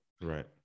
Right